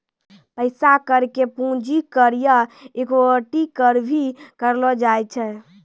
पैसा कर के पूंजी कर या इक्विटी कर भी कहलो जाय छै